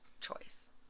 choice